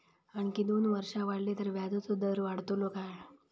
आणखी दोन वर्षा वाढली तर व्याजाचो दर वाढतलो काय?